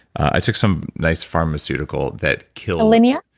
i took some nice pharmaceutical that killed alinia?